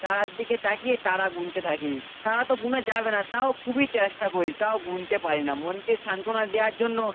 তারার দিকে তাকিয়ে তারা গুনতে থাকি তারা তো গোনা যাবে না তাও খুবই চেষ্টা করি তাও গুনতে পারি না মনকে শান্তনা দেওয়ার জন্য